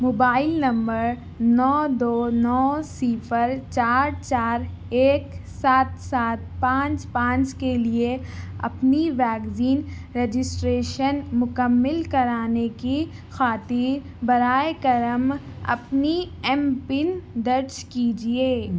mobile number نو دو نو صِفر چار چار ایک سات سات پانچ پانچ کے لیے اپنی ویکزین رجسٹریشن مکمل کرانے کی خاطر برائے کرم اپنی ایم پن درج کیجیے